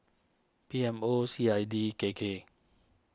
P M O C I D K K